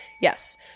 Yes